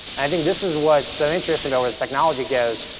i think this is what's so interesting about where the technology goes,